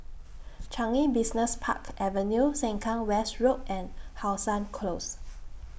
Changi Business Park Avenue Sengkang West Road and How Sun Close